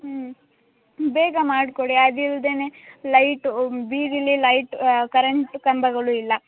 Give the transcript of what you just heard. ಹ್ಞೂ ಬೇಗ ಮಾಡಿಕೊಡಿ ಅದಲ್ದೇ ಲೈಟು ಬೀದಿಲಿ ಲೈಟ್ ಕರೆಂಟ್ ಕಂಬಗಳು ಇಲ್ಲ